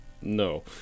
no